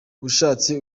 ushatse